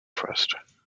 first